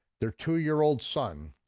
their two-year-old son,